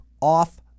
off